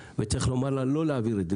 וצריך לומר לה לא להעביר את זה,